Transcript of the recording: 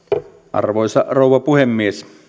arvoisa rouva puhemies